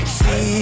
see